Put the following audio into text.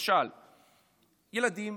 למשל ילדים.